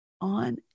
on